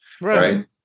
right